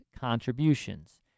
contributions